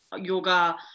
yoga